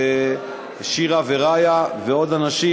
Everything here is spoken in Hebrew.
שירה ורעיה ועוד אנשים.